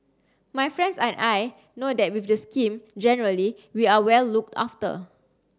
my friends and I know that with the scheme generally we are well looked after